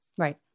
Right